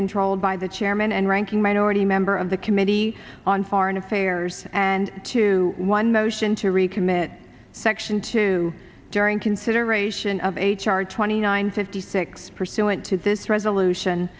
controlled by the chairman and ranking minority member of the committee on foreign affairs and two one motion to recommit section two during consideration of h r twenty nine fifty six pursuant to this resolution